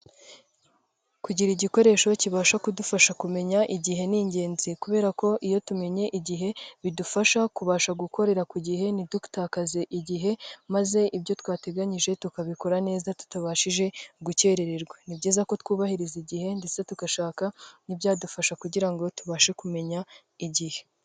Kugira igikoresho kibasha kudufasha kumenya igihe ni ingenzi kubera ko iyo tumenye igihe bidufasha kubasha gukorera ku gihe, ntidutakaze igihe, maze ibyo twateganyije tukabikora neza tutabashije gukerererwa. Ni byiza ko twubahiriza igihe ndetse tugashaka n'ibyadufasha kugira ngo tubashe kumenya igihe.